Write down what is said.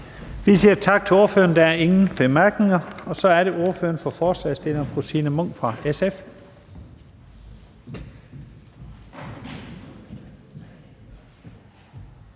Vi siger tak til ordføreren. Der er ingen korte bemærkninger. Og så er det ordføreren for forslagsstillerne, fru Signe Munk fra SF.